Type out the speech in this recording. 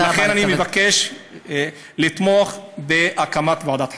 לכן אני מבקש לתמוך בהקמת ועדת חקירה.